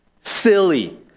Silly